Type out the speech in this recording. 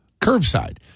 curbside